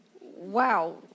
Wow